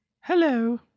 Hello